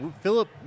Philip